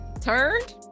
turned